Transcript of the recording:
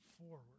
forward